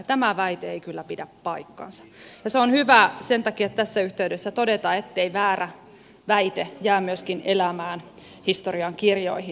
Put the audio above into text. tämä väite ei kyllä pidä paikkaansa ja se on hyvä sen takia tässä yhteydessä todeta ettei väärä väite jää myöskin elämään historiankirjoihin